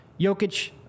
Jokic